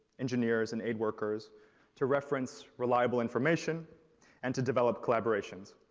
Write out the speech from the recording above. engineers, and aid workers to reference reliable information and to develop collaborations.